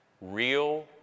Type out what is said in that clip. real